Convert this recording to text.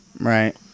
right